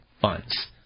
funds